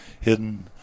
hidden